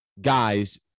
guys